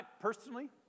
personally